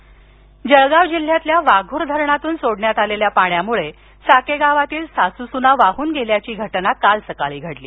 दुर्घटना जळगाव जिल्ह्यातील वाघूर धरणातून सोडण्यात आलेल्या पाण्यामुळे साकेगावातील सासू सुना वाहून गेल्याची घटना काल सकाळी घडली